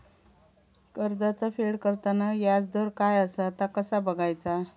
कर्जाचा फेड करताना याजदर काय असा ता कसा बगायचा?